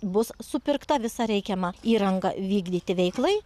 bus supirkta visa reikiama įranga vykdyti veiklai